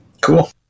Cool